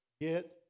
get